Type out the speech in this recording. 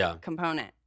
component